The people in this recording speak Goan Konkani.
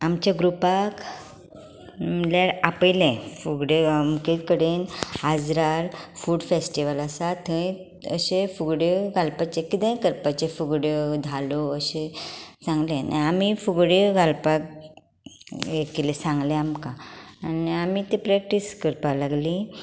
आमच्या ग्रुपाक म्हणल्यार आपयलें फुगड्यो अमके कडेन आजरार फूड फेस्टीवल आसा थंय अश्यो फुगड्यो घालपाच्यो कितेंय करपाचें फुगड्यो धालो अशें सांगलें आनी आमी फुगड्यो घालपाक हें केलें सांगलें आमकां आनी आमी तें प्रेक्टीस करपाक लागलीं